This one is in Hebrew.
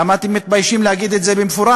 למה אתם מתביישים להגיד את זה במפורש?